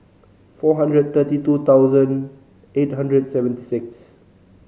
four hundred thirty two thousand eight hundred seventy six